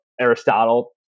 Aristotle